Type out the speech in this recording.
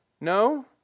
No